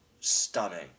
stunning